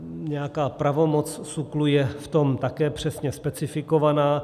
Nějaká pravomoc SÚKLu je v tom také přesně specifikovaná.